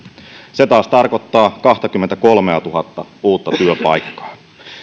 se taas tarkoittaa kahtakymmentäkolmeatuhatta uutta työpaikkaa